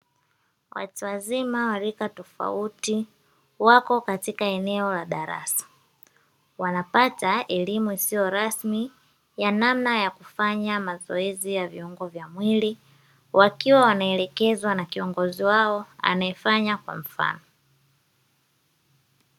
Watu wazima wa rika tofauti wako katika eneo la darasa, wanapata elimu isiyo rasmi ya namna ya kufanya mazoezi ya viungo vya mwili wakiwa wanaelekezwa na kiongozi wao anayefanya kwa mfano.